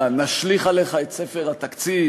מה, נשליך עליך את ספר התקציב?